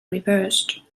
reversed